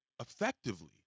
effectively